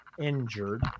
injured